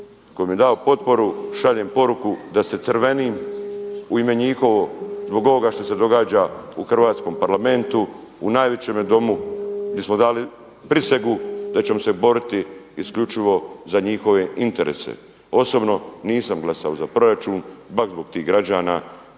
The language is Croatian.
koji mi je dao potporu šaljem poruku da se crvenim u ime njihovog, zbog ovoga što se događa u Hrvatskom parlamentu u najvećemu Domu gdje smo dali prisegu da ćemo se boriti isključivo za njihove interese. Osobno nisam glasao za proračun, baš zbog tih građana,